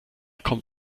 kommt